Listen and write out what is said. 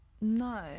No